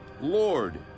Lord